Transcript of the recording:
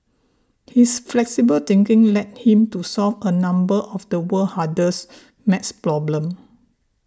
his flexible thinking led him to solve a number of the world's hardest math problems